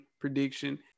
prediction